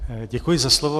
Děkuji za slovo.